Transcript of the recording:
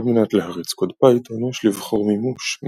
על מנת להריץ קוד פייתון יש לבחור מימוש –